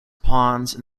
ponds